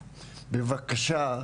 בבקשה,